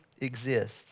exist